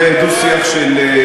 זה דו-שיח של,